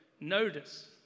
Notice